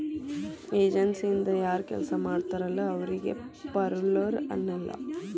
ಏಜನ್ಸಿಯಿಂದ ಯಾರ್ ಕೆಲ್ಸ ಮಾಡ್ತಾರಲ ಅವರಿಗಿ ಪೆರೋಲ್ಲರ್ ಅನ್ನಲ್ಲ